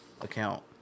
account